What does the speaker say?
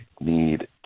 need